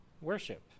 worship